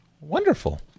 Wonderful